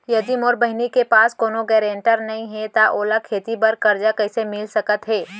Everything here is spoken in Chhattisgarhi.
यदि मोर बहिनी के पास कोनो गरेंटेटर नई हे त ओला खेती बर कर्जा कईसे मिल सकत हे?